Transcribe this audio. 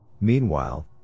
Meanwhile